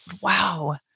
wow